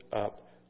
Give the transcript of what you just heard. up